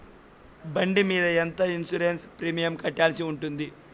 బండి మీద ఎంత ఇన్సూరెన్సు ప్రీమియం కట్టాల్సి ఉంటుంది?